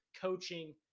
coaching